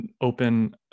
open